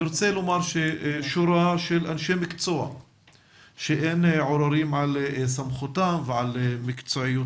אני רוצה לומר ששורה של אנשי מקצוע שאין עוררין על סמכותם ועל מקצועיותם